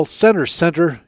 center-center